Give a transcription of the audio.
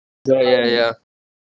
ya ya ya